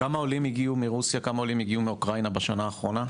כמה עולים הגיעו מרוסיה וכמה מאוקראינה בשנה האחרונה?